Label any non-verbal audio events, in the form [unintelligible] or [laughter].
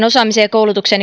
[unintelligible] osaamiseen ja koulutukseen [unintelligible]